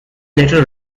later